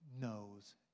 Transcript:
knows